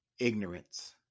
Ignorance